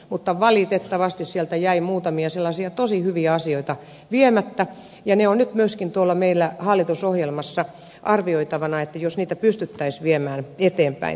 mutta valitettavasti sieltä jäi muutamia sellaisia tosi hyviä asioita viemättä ja ne ovat nyt myöskin tuolla meillä hallitusohjelmassa arvioitavina jos niitä pystyttäisiin viemään eteenpäin